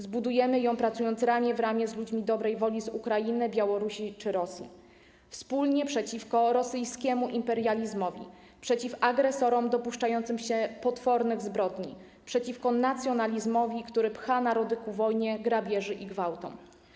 Zbudujemy ją, pracując ramię w ramię z ludźmi dobrej woli z Ukrainy, Białorusi czy Rosji, wspólnie przeciwko rosyjskiemu imperializmowi, przeciw agresorom dopuszczającym się potwornych zbrodni, przeciwko nacjonalizmowi, który pcha narody ku wojnie, grabieżom i gwałtom.